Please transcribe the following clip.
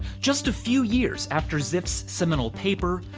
just a few years after zipf's seminal paper,